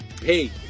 Hey